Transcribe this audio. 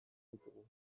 ditugu